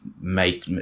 make –